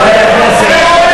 הוא לא אומר אמת.